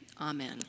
amen